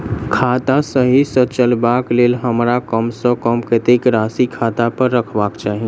खाता सही सँ चलेबाक लेल हमरा कम सँ कम कतेक राशि खाता पर रखबाक चाहि?